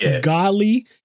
godly